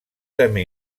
també